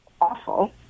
awful